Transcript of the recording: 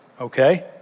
okay